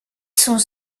sont